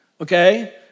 okay